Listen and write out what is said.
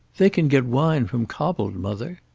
they can get wine from cobbold, mother.